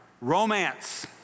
Romance